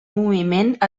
moviment